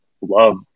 love